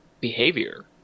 behavior